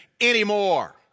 anymore